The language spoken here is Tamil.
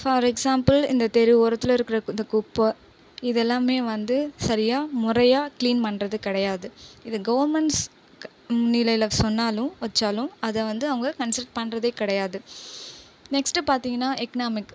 ஃபார் எக்ஸாம்பிள் இந்த தெரு ஓரத்தில் இருக்கிற இந்த குப்பை இதெல்லாமே வந்து சரியாக முறையாக கிளீன் பண்ணுறது கிடையாது இது கவர்மண்ட்ஸ் நிலையில சொன்னாலும் வச்சாலும் அதை வந்து அவங்க கன்சிடர் பண்ணுறதே கிடையாது நெக்ஸ்ட்டு பார்த்திங்கன்னா எக்கனாமிக்